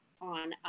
on